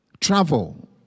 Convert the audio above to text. Travel